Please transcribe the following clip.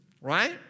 right